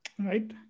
Right